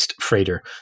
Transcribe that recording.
freighter